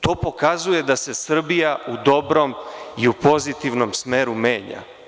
To pokazuje da se Srbija u dobrom i u pozitivnom smeru menja.